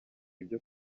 ibyo